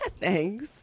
Thanks